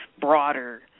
broader